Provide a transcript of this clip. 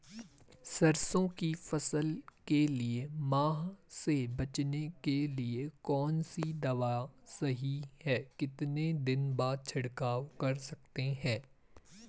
सरसों की फसल के लिए माह से बचने के लिए कौन सी दवा सही है कितने दिन बाद छिड़काव कर सकते हैं?